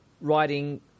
writing